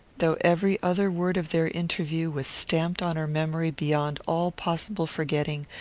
though every other word of their interview was stamped on her memory beyond all possible forgetting,